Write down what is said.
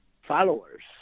followers